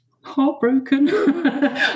heartbroken